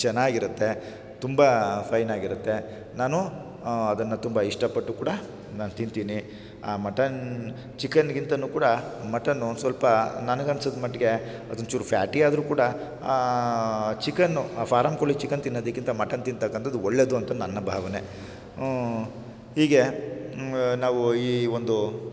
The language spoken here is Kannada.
ಚೆನ್ನಾಗಿರುತ್ತೆ ತುಂಬ ಫೈನಾಗಿರುತ್ತೆ ನಾನು ಅದನ್ನ ತುಂಬ ಇಷ್ಟಪಟ್ಟು ಕೂಡ ನಾನು ತಿಂತೀನಿ ಆ ಮಟನ್ ಚಿಕನ್ಗಿಂತನೂ ಕೂಡ ಮಟನ್ನು ಸ್ವಲ್ಪ ನನ್ಗನ್ಸಿದ ಮಟ್ಟಿಗೆ ಅದೊಂದ್ಚೂರು ಫ್ಯಾಟಿ ಆದರೂ ಕೂಡ ಚಿಕನ್ನು ಫಾರಮ್ ಕೋಳಿ ಚಿಕನ್ ತಿನ್ನೋದಕ್ಕಿಂತ ಮಟನ್ ತಿಂತಕ್ಕಂಥದ್ದು ಒಳ್ಳೆದು ಅಂತ ನನ್ನ ಭಾವನೆ ಹೀಗೆ ನಾವು ಈ ಒಂದು